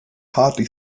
hardly